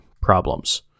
problems